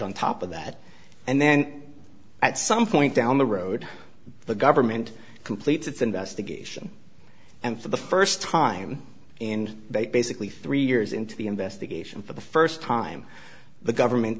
on top of that and then at some point down the road the government completes its investigation and for the first time in they basically three years into the investigation for the first time the government